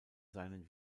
seinen